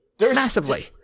Massively